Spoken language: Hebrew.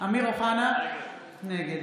אמיר אוחנה, נגד